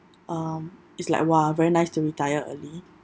um it's like !wah! very nice to retire early